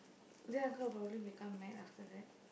Jack uncle will probably become mad after that